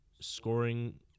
scoring